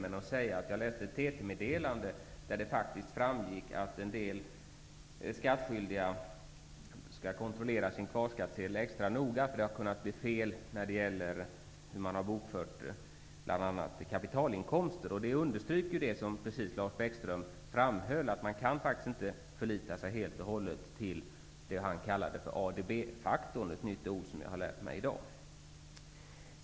Men låt mig säga att jag läste ett TT-meddelande där det faktiskt framgick att en del skattskyldiga skall kontrollera sin kvarskattsedel extra noga, eftersom det kan ha blivit fel när det gäller hur man har bokfört bl.a. kapitalinkomster. Det understryker precis det som Lars Bäckström framhöll, nämligen att man inte helt och hållet kan förlita sig på det som han kallade ADB-faktorn. Det är ett nytt ord som jag har lärt mig i dag.